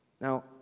Now